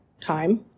time